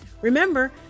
Remember